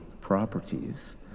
properties